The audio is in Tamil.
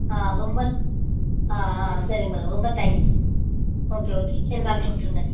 ஆ ரொம்ப ஆ ஆ சரிங்க மேடம் ரொம்ப தேங்க்ஸ் ஓகே ஓகே எனக்கு அமுச்சிவிட்ருங்க